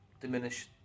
diminish